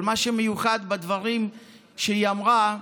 אבל מה שמיוחד בדברים שהיא אמרה,